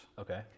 Okay